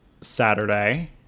saturday